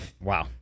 Wow